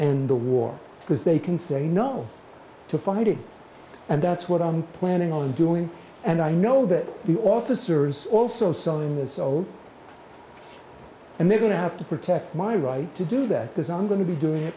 and the war because they can say no to fighting and that's what i'm planning on doing and i know that the officers also selling this old and they're going to have to protect my right to do that because i'm going to be doing it